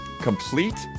Complete